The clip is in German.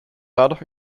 dadurch